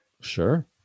Sure